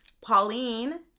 pauline